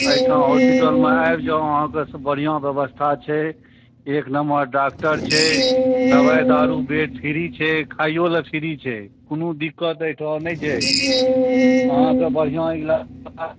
एहिठाम हॉस्पिटलमे आबि जाउ अहाँ कऽ बढ़िआँ बेवस्था छै एक नंबर डाक्टर छै दबाइ दारु बेड फ्री छै खाइयो लऽ फ्री छै कोनो दिक्कत एहिठाम नहि छै अहाँ कऽ बढ़िआँ इलाज